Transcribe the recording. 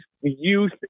youth